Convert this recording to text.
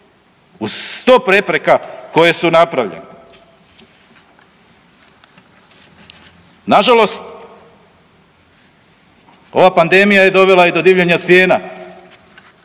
uz 100 prepreka koje su napravljene. Nažalost, ova pandemija je dovela i do divljanja cijena.